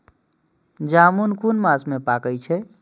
जामून कुन मास में पाके छै?